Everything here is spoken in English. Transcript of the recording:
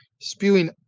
spewing